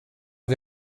wir